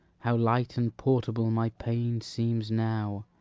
how light and portable my pain seems now,